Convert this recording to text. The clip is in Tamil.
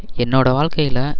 என்னோட வாழ்க்கையில